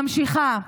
ממשיכה.